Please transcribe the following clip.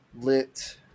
lit